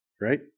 right